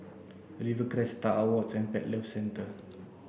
Rivercrest Star Awards and Pet Lovers Centre